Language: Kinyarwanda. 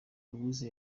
louise